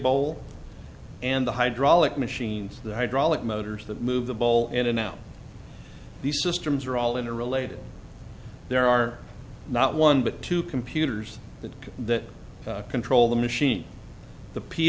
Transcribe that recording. bowl and the hydraulic machines the hydraulic motors that move the ball in and out these systems are all interrelated there are not one but two computers that that control the machine the p